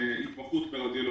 התמחות ברדיולוגיה.